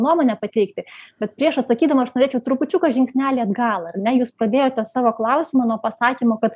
nuomonę pateikti bet prieš atsakydama aš norėčiau trupučiuką žingsnelį atgal ar ne jūs pradėjote savo klausimą nuo pasakymo kad